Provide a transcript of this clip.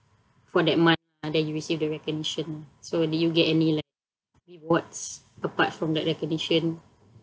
for that month uh then you receive the recognition so did you get any like rewards apart from that recognition